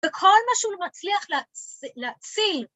‫וכל משהו הוא מצליח להצ... להציל.